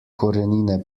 korenine